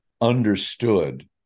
understood